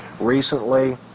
recently